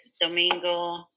Domingo